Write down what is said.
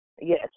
Yes